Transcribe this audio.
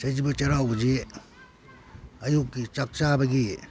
ꯁꯖꯤꯕꯨ ꯆꯩꯔꯥꯎꯕꯁꯤ ꯑꯌꯨꯛꯀꯤ ꯆꯥꯛ ꯆꯥꯕꯒꯤ